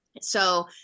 so-